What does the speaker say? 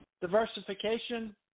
diversification